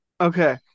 Okay